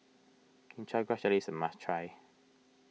Chin Chow Grass Jelly is a must try